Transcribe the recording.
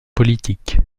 politique